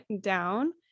down